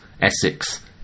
Essex